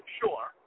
sure